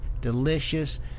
delicious